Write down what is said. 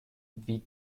wie